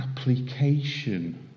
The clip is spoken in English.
application